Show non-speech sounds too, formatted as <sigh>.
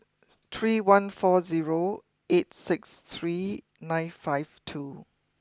<unintelligible> three one four zero eight six three nine five two